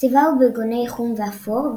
צבעה הוא בגוני חום ואפור,